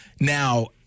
Now